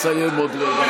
תן לה לסיים עוד רגע.